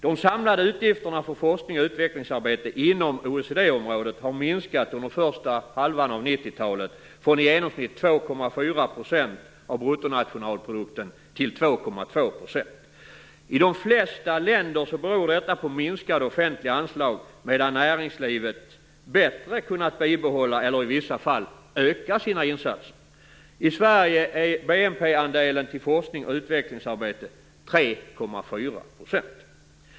De samlade utgifterna för forskning och utvecklingsarbete inom OECD-området har minskat under första halvan av 90-talet, från i genomsnitt 2,4 % av bruttonationalprodukten till 2,2 %. I de flesta länder beror detta på minskade offentliga anslag, medan näringslivet bättre har kunnat bibehålla eller i vissa fall öka sina insatser.